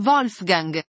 Wolfgang